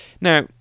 Now